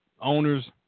owners